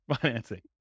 financing